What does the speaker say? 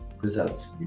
results